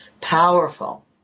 powerful